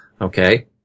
Okay